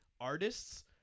artists